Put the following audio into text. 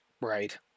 Right